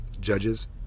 judges